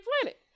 Planet